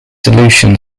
solution